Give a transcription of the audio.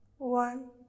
One